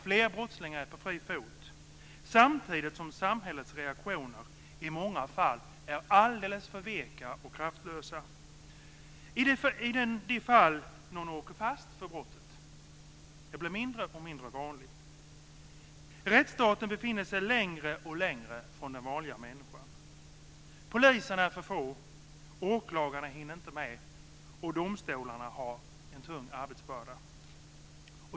Fler brottslingar är på fri fot samtidigt som samhällets reaktioner i många fall är alldeles för veka och kraftlösa i de fall någon åker fast för brottet. Det blir mindre och mindre vanligt. Rättsstaten befinner sig längre och längre ifrån den vanliga människan. Poliserna är för få. Åklagarna hinner inte med, och domstolarna har en tung arbetsbörda.